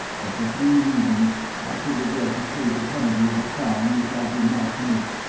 but for three reasons i should regret to pay the penalty of a crime which i did not commit,